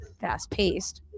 fast-paced